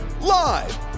live